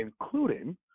including –